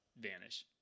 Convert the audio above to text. vanish